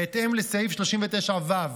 בהתאם לסעיף 39(ו)